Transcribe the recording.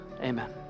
amen